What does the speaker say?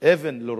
אבן בראשו.